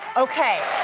okay.